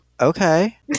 okay